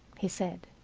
he said.